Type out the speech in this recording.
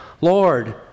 Lord